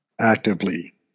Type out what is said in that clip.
actively